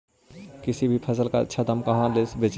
किसी भी फसल के आछा दाम ला कहा बेची?